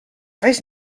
res